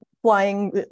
flying